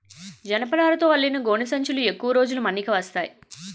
జనపనారతో అల్లిన గోనె సంచులు ఎక్కువ రోజులు మన్నిక వస్తాయి